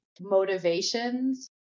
motivations